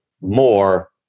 more